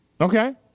Okay